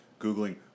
Googling